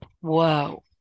Whoa